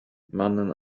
mannen